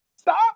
stop